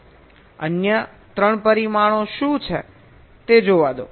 અન્ય 3 પરિમાણો શું છે તે જોવા દો